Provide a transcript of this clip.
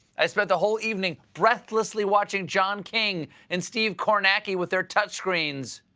i spent the whole evening breathlessly watching john king and steve kornacki with their touchscreens,